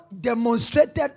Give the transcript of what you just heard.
demonstrated